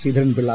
Sreedharan Pillai